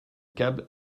câble